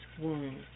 wound